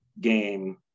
game